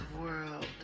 world